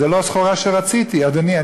שזה לא יהיה רופא שעובד בשביל החברה.